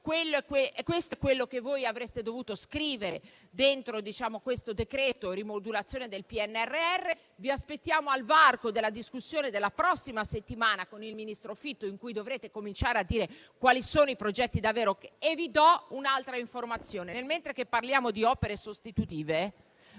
dovuto fare e che avreste dovuto scrivere in questo decreto-legge di rimodulazione del PNRR. Vi aspettiamo al varco della discussione della prossima settimana, con il ministro Fitto, quando dovrete cominciare a dire quali sono i progetti. Vi do un'altra informazione. Mentre parliamo di opere sostitutive,